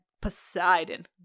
Poseidon